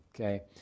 okay